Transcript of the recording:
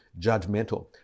judgmental